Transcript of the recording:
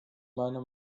meiner